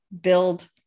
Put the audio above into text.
build